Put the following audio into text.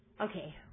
Okay